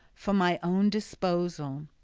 for my own disposal.